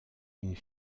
une